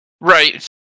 Right